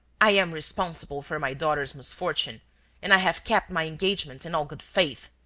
i am responsible for my daughter's misfortune and i have kept my engagements in all good faith.